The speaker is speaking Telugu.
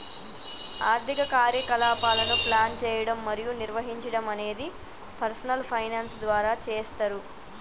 ఆర్థిక కార్యకలాపాలను ప్లాన్ చేయడం మరియు నిర్వహించడం అనేది పర్సనల్ ఫైనాన్స్ ద్వారా చేస్తరు